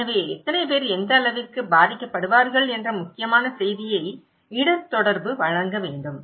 எனவே எத்தனை பேர் எந்த அளவிற்கு பாதிக்கப்படுவார்கள் என்ற முக்கியமான செய்தியை இடர் தொடர்பு வழங்க வேண்டும்